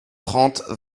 trente